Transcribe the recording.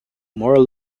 more